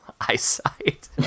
eyesight